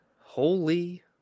Holy